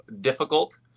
difficult